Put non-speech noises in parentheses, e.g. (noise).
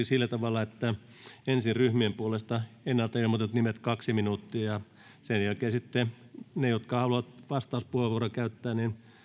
(unintelligible) sillä tavalla että ensin ryhmien puolesta ennalta ilmoitetut nimet kaksi minuuttia sen jälkeen sitten ne jotka haluavat vastauspuheenvuoron käyttää